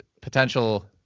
potential